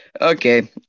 Okay